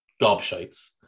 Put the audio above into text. gobshites